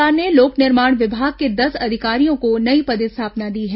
राज्य सरकार ने लोक निर्माण विभाग के दस अधिकारियों को नई पदस्थापना दी है